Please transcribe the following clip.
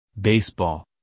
Baseball